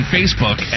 Facebook